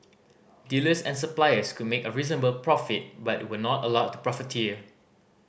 dealers and suppliers could make a reasonable profit but were not allowed to profiteer